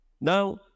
Now